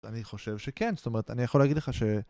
אני חושב שכן, זאת אומרת, אני יכול להגיד לך ש...